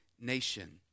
nation